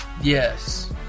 Yes